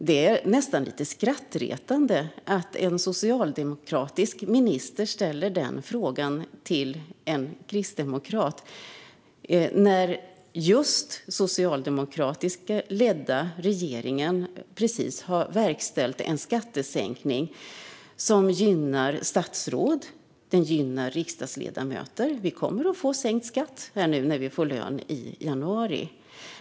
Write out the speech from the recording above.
Det är nästan lite skrattretande att en socialdemokratisk minister ställer den frågan till en kristdemokrat, när den socialdemokratiskt ledda regeringen precis har verkställt en skattesänkning som gynnar statsråd och riksdagsledamöter. Vi kommer att få sänkt skatt när vi får lön i januari.